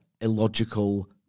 illogical